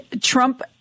Trump